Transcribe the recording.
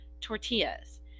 tortillas